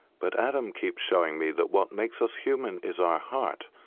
but adam keeps showing me that what makes us human is our heart,